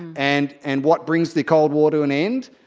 and and what brings the cold war to an end?